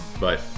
Bye